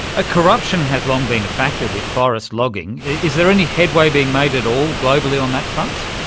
ah corruption has long been a factor with forest logging, is there any headway being made at all globally on that front?